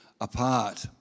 apart